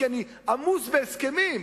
כי אני עמוס בהסכמים,